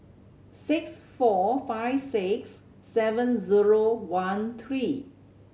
six four five six seven zero one three